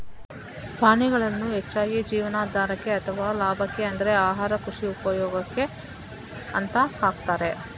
ಪ್ರಾಣಿಗಳನ್ನ ಹೆಚ್ಚಾಗಿ ಜೀವನಾಧಾರಕ್ಕೆ ಅಥವಾ ಲಾಭಕ್ಕೆ ಅಂದ್ರೆ ಆಹಾರ, ಕೃಷಿ ಉಪಯೋಗಕ್ಕೆ ಅಂತ ಸಾಕ್ತಾರೆ